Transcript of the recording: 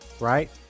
Right